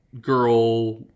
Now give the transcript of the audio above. girl